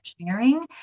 engineering